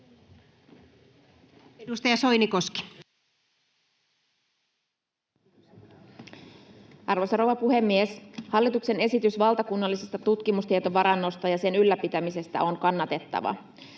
Edustaja Soinikoski. Arvoisa rouva puhemies! Hallituksen esitys valtakunnallisesta tutkimustietovarannosta ja sen ylläpitämisestä on kannatettava.